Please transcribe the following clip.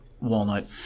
Walnut